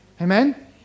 Amen